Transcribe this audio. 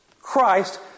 Christ